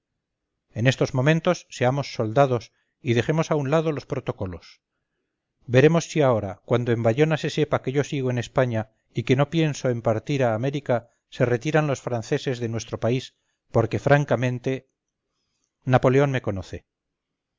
en estos momentos seamos soldados y dejemos a un lado los protocolos veremos si ahora cuando en bayona se sepa que yo sigo en españa y que no pienso en partir a américa se retiran los franceses de nuestro país porque francamente napoleón me conoce